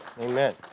Amen